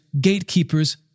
gatekeepers